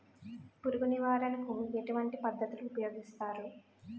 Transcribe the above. పురుగు నివారణ కు ఎటువంటి పద్ధతులు ఊపయోగిస్తారు?